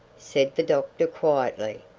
said the doctor quietly.